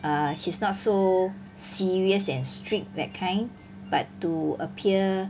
err she's not so serious and strict that kind but to appear